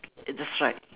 uh that's right